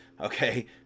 okay